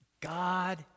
God